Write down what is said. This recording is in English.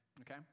Okay